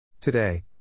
Today